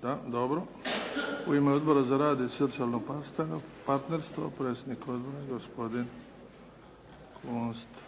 Da. U ime Odbora za rad i socijalno partnerstvo, predsjednik Odbora gospodin Kunst.